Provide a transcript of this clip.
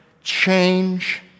change